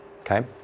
Okay